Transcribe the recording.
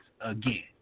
again